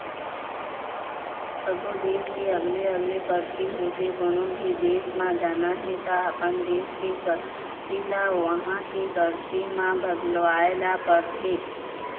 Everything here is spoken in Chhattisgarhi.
सब्बो देस के अलगे अलगे करेंसी होथे, कोनो भी देस म जाना हे त अपन देस के करेंसी ल उहां के करेंसी म बदलवाए ल परथे